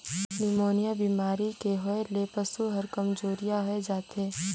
pneumonia बेमारी के होय ले पसु हर कामजोरिहा होय जाथे